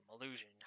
Illusion